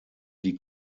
die